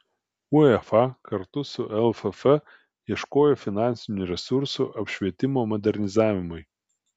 uefa kartu su lff ieškojo finansinių resursų apšvietimo modernizavimui